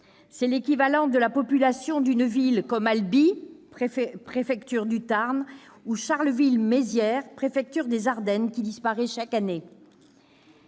C'est l'équivalent de la population d'une ville comme Albi, préfecture du Tarn, ou Charleville-Mézières, préfecture des Ardennes, qui disparaît chaque année.